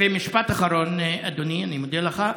ומשפט אחרון, אדוני, אני מודה לך.